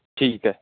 ਠੀਕ ਹੈ